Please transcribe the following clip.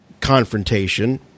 confrontation